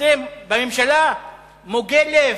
אתם בממשלה מוגי לב,